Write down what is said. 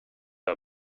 are